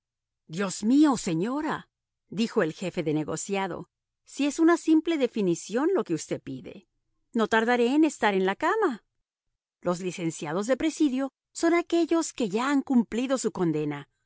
dios mío señora dijo el jefe de negociado si es una simple definición lo que usted pide no tardaré en estar en la cama los licenciados de presidio son aquellos que ya han cumplido su condena